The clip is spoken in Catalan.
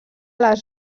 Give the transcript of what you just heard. les